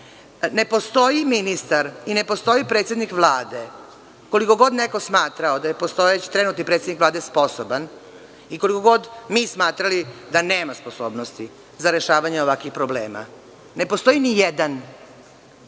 postoji ministar i ne postoji predsednik Vlade, koliko god neko smatrao da je postojeći, trenutni predsednik Vlade sposoban i koliko god mi smatrali da nema sposobnosti za rešavanje ovakvih problema, ne postoji nijedan